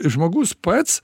žmogus pats